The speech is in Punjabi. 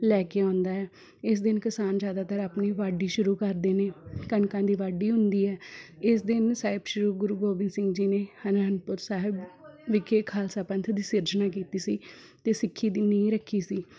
ਲੈ ਕੇ ਆਉਂਦਾ ਹੈ ਇਸ ਦਿਨ ਕਿਸਾਨ ਜ਼ਿਆਦਾਤਰ ਆਪਣੀ ਵਾਢੀ ਸ਼ੁਰੂ ਕਰਦੇ ਨੇ ਕਣਕਾਂ ਦੀ ਵਾਢੀ ਹੁੰਦੀ ਹੈ ਇਸ ਦਿਨ ਸਾਹਿਬ ਸ਼੍ਰੀ ਗੁਰੂ ਗੋਬਿੰਦ ਸਿੰਘ ਜੀ ਨੇ ਆਨੰਦਪੁਰ ਸਾਹਿਬ ਵਿਖੇ ਖਾਲਸਾ ਪੰਥ ਦੀ ਸਿਰਜਣਾ ਕੀਤੀ ਸੀ ਅਤੇ ਸਿੱਖੀ ਦੀ ਨੀਂਹ ਰੱਖੀ ਸੀ